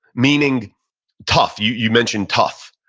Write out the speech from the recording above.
meaning tough. you you mentioned tough.